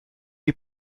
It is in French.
lui